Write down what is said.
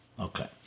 Okay